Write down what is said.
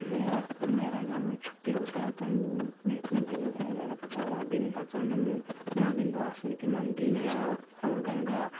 मैं मेरे घर में छुट्टी होता है तो मैं अपनी बुआ के यहाँ जाना पड़ता वहाँ विंध्यांचल में माँ विन्ध्वासिनी का मंदिर है और गँगा